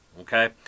Okay